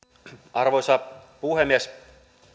arvoisa puhemies